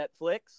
Netflix